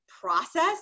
process